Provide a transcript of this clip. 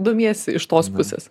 domiesi iš tos pusės